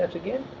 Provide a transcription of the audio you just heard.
again?